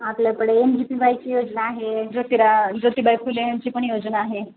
आपल्याकडे योजना आहे ज्योतिबा ज्योतिबा फुले यांंची पण योजना आहे